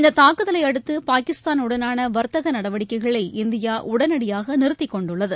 இந்தத் தாக்குதலை அடுத்து பாகிஸ்தானுடனான வர்த்தக நடவடிக்கைகளை இந்தியா உடனடியாக நிறுத்திக் கொண்டுள்ளது